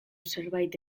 zerbait